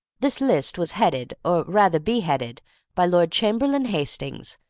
this list was headed or rather beheaded by lord chamberlain hastings,